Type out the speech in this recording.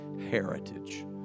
heritage